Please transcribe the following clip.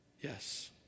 yes